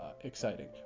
exciting